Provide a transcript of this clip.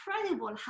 incredible